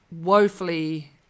woefully